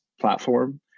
platform